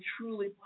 truly